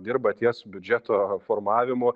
dirba ties biudžeto formavimu